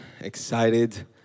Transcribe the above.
excited